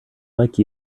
like